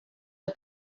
are